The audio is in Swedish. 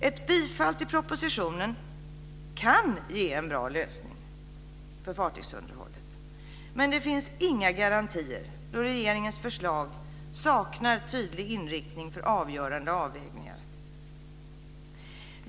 Ett bifall till propositionen kan ge en bra lösning för fartygsunderhållet, men det finns inga garantier då regeringens förslag saknar tydlig inriktning när det gäller avgörande avvägningar.